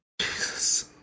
Jesus